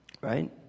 Right